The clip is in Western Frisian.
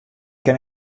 kin